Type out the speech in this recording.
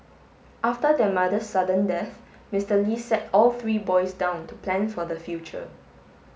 after their mother's sudden death Mister Li sat all three boys down to plan for the future